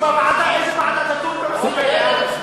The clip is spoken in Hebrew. אם בוועדה, איזה ועדה תדון בנושאים האלה?